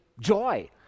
joy